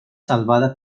salvada